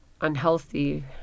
unhealthy